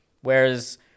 Whereas